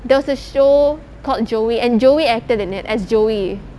there was a show called joey and joey acted in it as joey